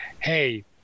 hey